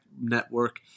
Network